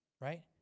right